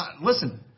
listen